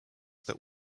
that